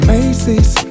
Macy's